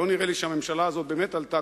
לא נראה לי שהממשלה הזאת באמת עלתה,